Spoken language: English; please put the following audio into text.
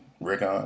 Rickon